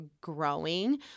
growing